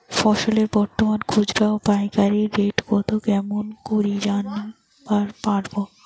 ফসলের বর্তমান খুচরা ও পাইকারি রেট কতো কেমন করি জানিবার পারবো?